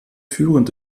führend